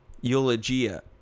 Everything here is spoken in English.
Eulogia